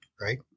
Right